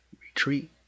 retreat